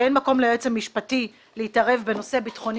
שאין מקום ליועץ המשפטי להתערב בנושא ביטחוני,